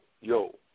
yo